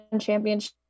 Championship